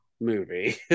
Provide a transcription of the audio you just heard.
movie